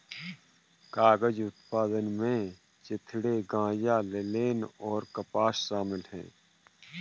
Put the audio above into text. कागज उत्पादन में चिथड़े गांजा लिनेन और कपास शामिल है